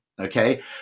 okay